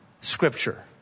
scripture